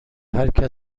مورد